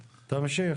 בבקשה.